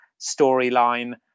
storyline